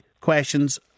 questions